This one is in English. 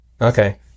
okay